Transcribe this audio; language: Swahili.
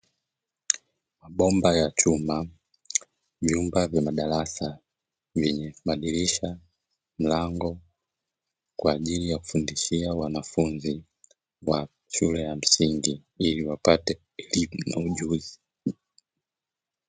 Mabomba ya chuma, vyumba vya madarasa vyenye madirisha, milango kwa ajili ya kufundishia wanafunzi wa shule ya msingi ili wapate elimu na ujuzi.